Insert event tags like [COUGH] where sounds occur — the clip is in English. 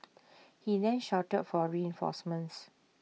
[NOISE] he then shouted for reinforcements